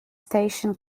station